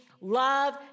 Love